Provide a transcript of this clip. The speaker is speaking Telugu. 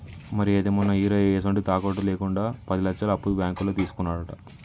మరి అయితే మొన్న ఈరయ్య ఎసొంటి తాకట్టు లేకుండా పది లచ్చలు అప్పు బాంకులో తీసుకున్నాడట